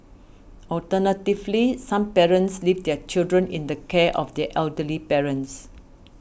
alternatively some parents leave their children in the care of their elderly parents